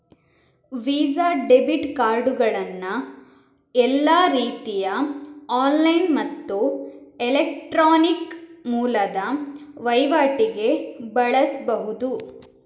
visa debit ಕಾರ್ಡುಗಳನ್ನ ಎಲ್ಲಾ ರೀತಿಯ ಆನ್ಲೈನ್ ಮತ್ತು ಎಲೆಕ್ಟ್ರಾನಿಕ್ ಮೂಲದ ವೈವಾಟಿಗೆ ಬಳಸ್ಬಹುದು